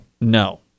no